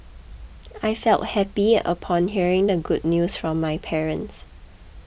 I felt happy upon hearing the good news from my parents